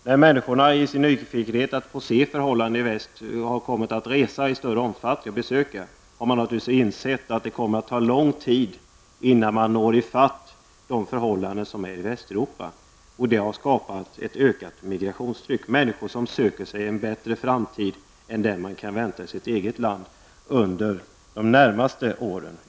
När människorna i sin nyfikenhet på förhållandena i väst har kommit att resa och besöka väst i större omfattning, har man naturligtvis insett att det kommer att ta lång tid innan man når i fatt den standard som råder i Västeuropa. Detta har skapat ett ökat migrationstryck. Människor söker en bättre framtid än den man kan vänta i sitt eget land -- i varje fall under de närmaste åren.